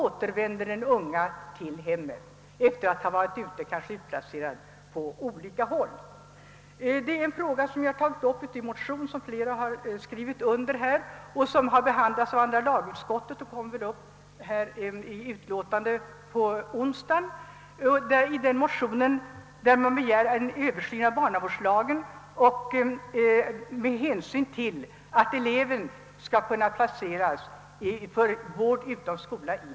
Beträffande möjligheten att vid vård utom skola placera eleven i sitt eget hem har jag tagit upp frågan i en motion, som flera av kammarens ledamöter har undertecknat. Den har behandlats av andra lagutskottet och redovisas i ett utlåtande som skall behandlas på onsdag. I denna motion begäres en översyn av barnavårdslagen där även denna fråga kommer att tas upp.